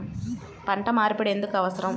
పంట మార్పిడి ఎందుకు అవసరం?